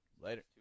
Later